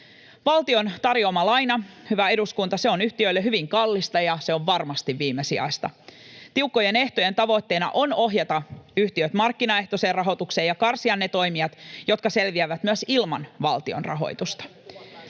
Valtion tarjoama laina, hyvä eduskunta, se on yhtiöille hyvin kallista ja se on varmasti viimesijaista. Tiukkojen ehtojen tavoitteena on ohjata yhtiöt markkinaehtoiseen rahoitukseen ja karsia ne toimijat, jotka selviävät myös ilman valtion rahoitusta.